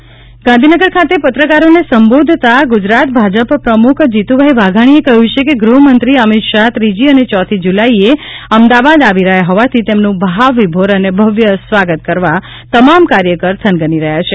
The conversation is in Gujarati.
ભાજપ જીતુ વાઘાણી ગાંધીનગર ખાતે પત્રકારોને સંબોધતા ગુજરાત ભાજપ પ્રમુખ જીતુભાઇ વાઘાણીએ કહ્યું છે કે ગૃહમંત્રી અમિત શાહ ત્રીજી અને ચોથી જુલાઇએ અમદાવાદ આવી રહ્યાં હોવાથી તેમનું ભાવવિભોર અને ભવ્ય સ્વાગત કરવા તમામ કાર્યકર થનગની રહ્યાં છે